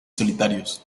solitarios